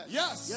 yes